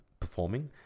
performing